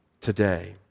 today